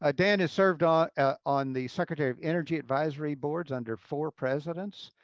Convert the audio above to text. ah dan has served on ah on the secretary of energy advisory boards under four presidents.